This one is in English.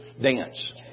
dance